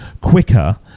quicker